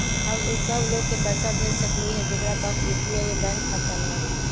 हम उ सब लोग के पैसा भेज सकली ह जेकरा पास यू.पी.आई बैंक खाता न हई?